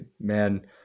man